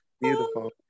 beautiful